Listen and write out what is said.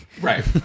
Right